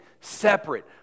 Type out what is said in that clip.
separate